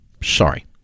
sorry